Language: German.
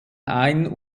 ein